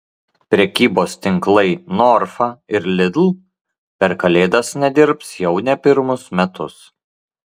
prekybos tinklai norfa ir lidl per kalėdas nedirbs jau ne pirmus metus